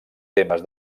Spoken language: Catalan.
temes